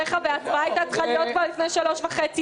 ההצבעה היתה צריכה להיות כבר לפני 3.5 דקות.